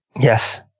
Yes